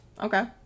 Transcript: Okay